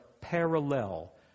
parallel